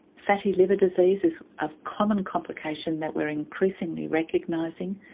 fatty liver disease is a common complication that we're increasingly recognising.